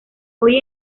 hoy